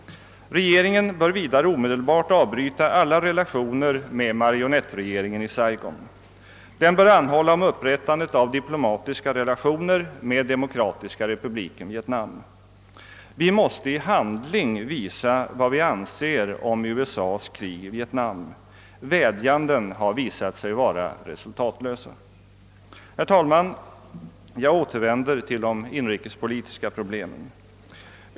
Regeringen bör vidare omedelbart avbryta alla relationer med marionettregeringen i Saigon. Den bör anhålla om upprättandet av diplomatiska relationer med Demokratiska Republiken Vietnam. Vi måste i handling visa vad vi anser om USA:s krig i Vietnam. Vädjanden har visat sig resultatlösa. Herr talman! Jag återvänder till de inrikespolitiska problemen.